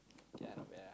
yeah not bad